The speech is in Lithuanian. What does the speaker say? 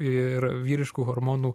ir vyriškų hormonų